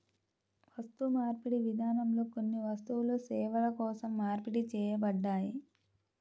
వస్తుమార్పిడి విధానంలో కొన్ని వస్తువులు సేవల కోసం మార్పిడి చేయబడ్డాయి